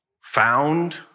found